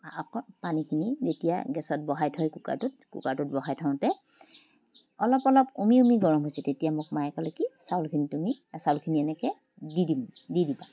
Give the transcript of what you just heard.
হাফত পানীখিনি যেতিয়া গেছত বহাই থয় কুকাৰটোত কুকাৰটোত বহাই থওঁতে অলপ অলপ উমি উমি গৰম হৈছে তেতিয়া মোক মায়ে ক'লে কি চাউলখিনি তুমি চাউলখিনি এনেকৈ দি দিম দি দিবা